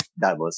diversity